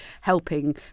helping